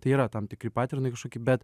tai yra tam tikri paternai kažkoki bet